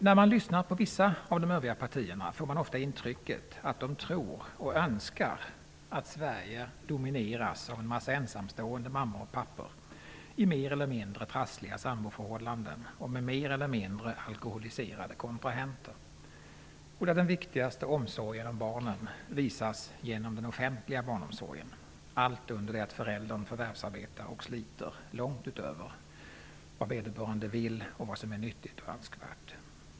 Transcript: När man lyssnar på vissa av de övriga partierna får man ofta intrycket av att de tror och önskar att Sverige domineras av en massa ensamstående mammor och pappor i mer eller mindre trassliga samboförhållanden och med mer eller mindre alkoholiserade kontrahenter. Vidare får man intrycket av att den viktigaste omsorgen om barnen visas genom den offentliga barnomsorgen allt under det att föräldern förvärvsarbetar och sliter långt utöver vad vederbörande vill och vad som är nyttigt och önskvärt.